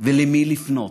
ולמי לפנות,